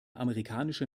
amerikanische